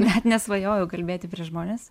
net nesvajojau kalbėti prieš žmones